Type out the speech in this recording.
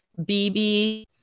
BB